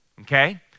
okay